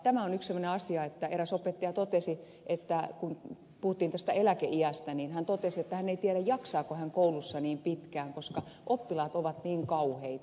tämä on yksi semmoinen asia että eräs opettaja totesi kun puhuttiin tästä eläkeiästä että hän ei tiedä jaksaako hän koulussa niin pitkään koska oppilaat ovat niin kauheita